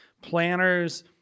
planners